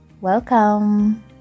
welcome